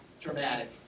dramatic